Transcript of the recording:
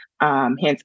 hence